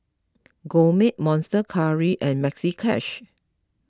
Gourmet Monster Curry and Maxi Cash